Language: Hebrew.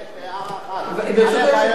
אבל אני חושב,